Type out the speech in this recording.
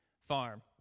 farm